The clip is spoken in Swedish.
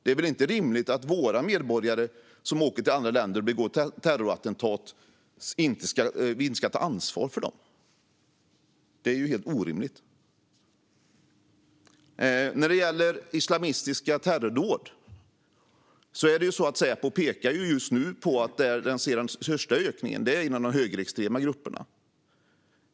Det är väl inte rimligt att vi inte ska ta ansvar för våra medborgare som åker till andra länder och begår terrorattentat? Det vore ju helt orimligt. Säpo pekar på att de just nu ser den största ökningen inom de högerextrema grupperna.